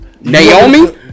Naomi